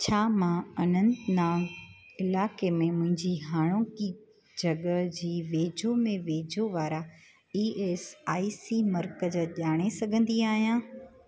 छा मां अनंतनाग इलाइके़ में मुंहिंजी हाणोकी जॻह जे वेझो में वेझो वारा ई एस आई सी मर्कज ॼाणे सघंदी आहियां